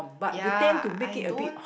ya I don't